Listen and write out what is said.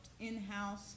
in-house